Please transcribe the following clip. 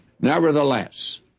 nevertheless